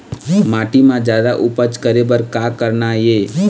माटी म जादा उपज करे बर का करना ये?